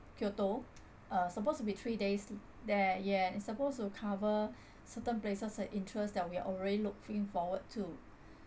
kyoto uh supposed to be three days there yes supposed to cover certain places and interest that we already looking forward to